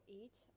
eat